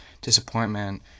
disappointment